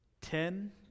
Ten